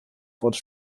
wurde